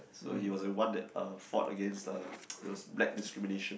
so he was the one that uh fought against uh those black discrimination